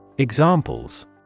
Examples